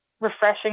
refreshing